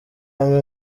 abamo